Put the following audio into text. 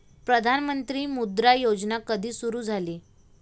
प्रधानमंत्री मुद्रा योजना कधी सुरू झाली?